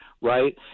right